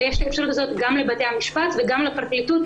ויש את האפשרות הזאת גם לבתי המשפט וגם לפרקליטות,